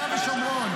ראשונה.